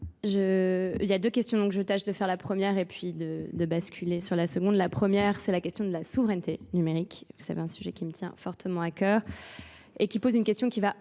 il y a deux questions dont je tâche de faire la première et puis de basculer sur la seconde. La première, c'est la question de la souveraineté numérique. Vous savez, un sujet qui me tient fortement à cœur et qui pose une question qui va